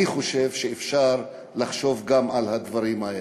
אני חושב שאפשר לחשוב גם על הדברים האלה.